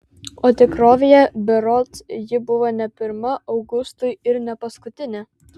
o tikrovėje berods ji buvo ne pirma augustui ir ne paskutinė